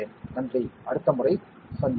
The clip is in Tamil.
நன்றி அடுத்த முறை சந்திப்போம்